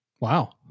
wow